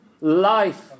life